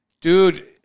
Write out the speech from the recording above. dude